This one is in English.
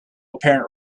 apparent